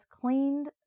cleaned